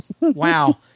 Wow